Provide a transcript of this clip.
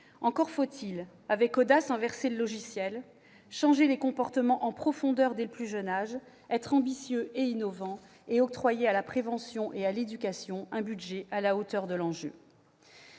Encore faut-il avec audace inverser le logiciel, changer les comportements en profondeur dès le plus jeune âge, être ambitieux et innovants et octroyer à la prévention et à l'éducation un budget à la hauteur de l'enjeu